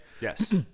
Yes